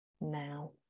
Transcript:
now